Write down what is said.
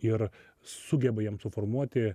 ir sugeba jiem suformuoti